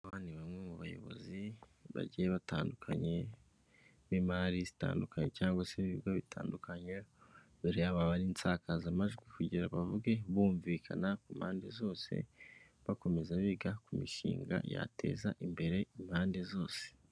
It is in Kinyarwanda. Aba ni bamwe mu bayobozi bagiye batandukanye b'imari zitandukanye cyangwa se ibigo bitandukanye, imbere yabo haba hari insakazamajwi kugira bavuge bumvikana ku mpande zose, bakomeza biga ku mishinga yateza imbere impande zose.